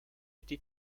été